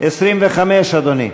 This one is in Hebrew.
25, אדוני?